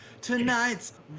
tonight's